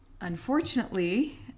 unfortunately